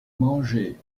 mangé